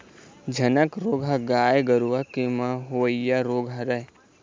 झनक रोग ह गाय गरुवा के म होवइया रोग हरय